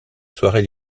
soirées